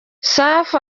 safi